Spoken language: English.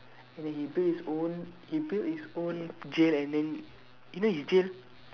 and then he build his own he build his own jail and then even his jail